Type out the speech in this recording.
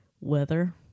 weather